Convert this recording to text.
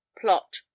plot